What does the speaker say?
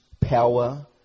power